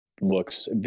looks